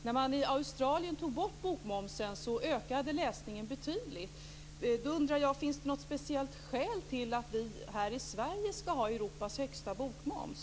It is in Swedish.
När man tog bort bokmomsen i Australien ökade läsningen betydligt. Jag undrar om det finns något speciellt skäl till att vi här i Sverige skall ha Europas högsta bokmoms.